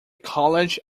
college